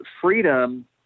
freedom